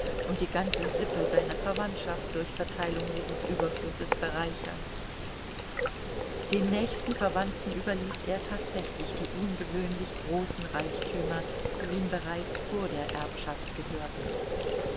und die ganze sippe seiner verwandtschaft durch verteilung dieses überflusses bereichern den nächsten verwandten überließ er tatsächlich die ungewöhnlich großen reichtümer die ihm bereits vor der erbschaft gehörten